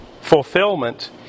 fulfillment